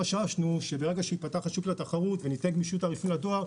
שמהרגע שייפתח השוק לתחרות וניתן גמישות תעריפית לדואר,